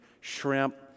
shrimp